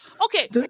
Okay